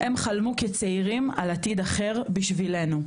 הם חלמו כצעירים על עתיד אחר בשבילנו,